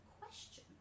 question